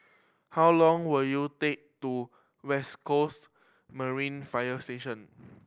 how long will you take to West Coast Marine Fire Station